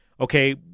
okay